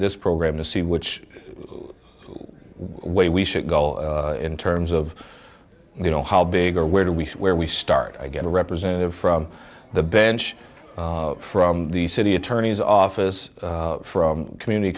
this program to see which way we should go in terms of you know how big or where do we where we start i get a representative from the bench from the city attorney's office from community